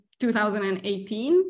2018